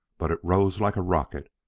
but it rose like a rocket,